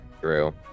True